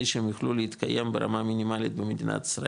שהם יוכלו להתקיים ברמה מינימלית במדינת ישראל.